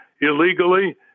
illegally